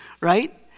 Right